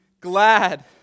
glad